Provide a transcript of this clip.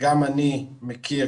גם אני מכיר,